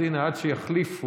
אז הינה, עד שיחליפו.